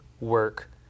work